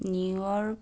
New York